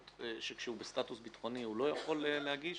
שכשהוא בסטאטוס ביטחוני הוא לא יכול להגיש.